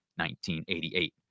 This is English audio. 1988